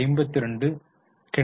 52 கிடைத்து இருக்கிறது